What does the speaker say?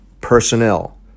personnel